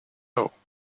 rousseau